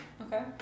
okay